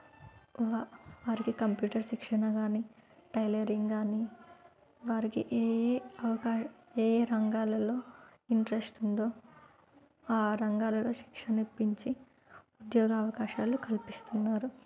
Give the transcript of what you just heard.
వారికి కంప్యూటర్ శిక్షణ కాని టైలరింగ్ కాని వారికి ఏ ఏ అవకాశ ఏ ఏ రంగాలలో ఇంట్రెస్ట్ ఉందో ఆ రంగాలలో శిక్షణ ఇప్పించి ఉద్యోగ అవకాశాలు కల్పిస్తున్నారు